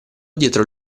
dietro